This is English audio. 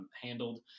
handled